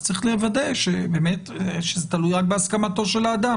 אז צריך לוודא שזה תלוי רק בהסכמתו של האדם,